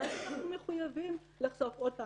ואז אנחנו מחויבים לחשוף עוד פעם,